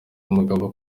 umugabo